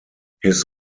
his